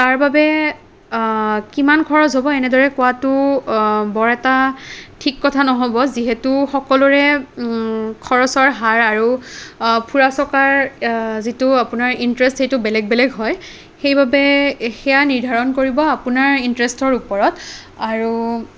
তাৰবাবে কিমান খৰচ হ'ব এনেদৰে কোৱাটো বৰ এটা ঠিক কথা নহ'ব যিহেতু সকলোৰে খৰচৰ হাৰ আৰু ফুৰা চকাৰ যিটো আপোনাৰ ইণ্টাৰেষ্ট সেইটো বেলেগ বেলেগ হয় সেইবাবে সেইয়া নিৰ্ধাৰণ কৰিব আপোনাৰ ইণ্টাৰেষ্টৰ ওপৰত আৰু